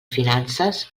finances